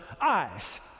eyes